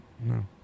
no